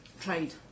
trade